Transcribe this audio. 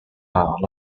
are